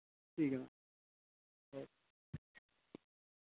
ठीक ऐ मैम